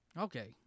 Okay